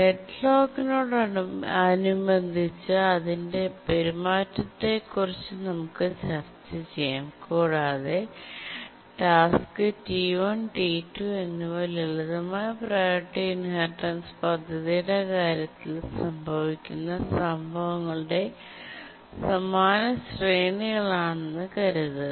ഡെഡ്ലോക്കിനോടനുബന്ധിച്ച് അതിന്റെ പെരുമാറ്റത്തെക്കുറിച്ച് നമുക്ക് ചർച്ച ചെയ്യാം കൂടാതെ ടാസ്ക് T1 T2 എന്നിവ ലളിതമായ പ്രിയോറിറ്റി ഇൻഹെറിറ്റൻസ് പദ്ധതിയുടെ കാര്യത്തിൽ സംഭവിക്കുന്ന സംഭവങ്ങളുടെ സമാന ശ്രേണികളാണെന്ന് കരുതുക